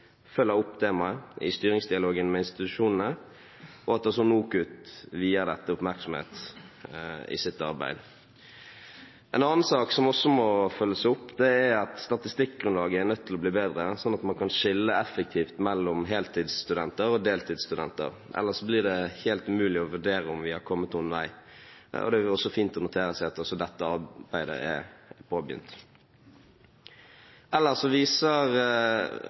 opp temaet i styringsdialogen med institusjonene, og at også NOKUT vier dette oppmerksomhet i sitt arbeid. En annen sak som også må følges opp, er at statistikkgrunnlaget er nødt til å bli bedre, slik at man kan skille effektivt mellom heltidsstudenter og deltidsstudenter. Ellers blir det helt umulig å vurdere om vi har kommet noen vei. Det er fint å notere seg at også dette arbeidet er påbegynt. Ellers viser